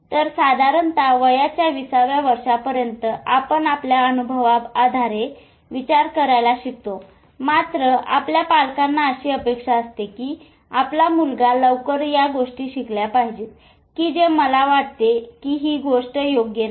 तर साधारणतः वयाच्या २० व्या वर्षापर्यंत आपण आपल्या अनुभवाधारे विचार करायला शिकतो मात्र आपल्या पालकांना अशी अपेक्षा असते कि आपला मुलगा लवकर या गोष्टी शिकल्या पाहिजेत कि जे मला वाटते कि हि गोष्ट योग्य नाही